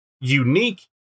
unique